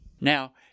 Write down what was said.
Now